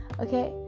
Okay